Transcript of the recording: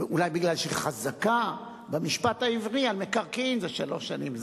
אולי מפני שחזקה במשפט העברי על מקרקעין זה שלוש שנים.